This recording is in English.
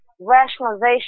Rationalization